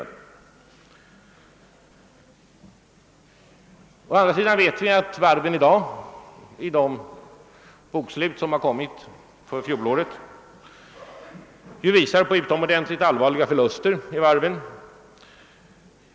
Å andra sidan vet vi att de bokslut som upprättats för fjolåret visar på utomordentligt allvarliga förluster för varven.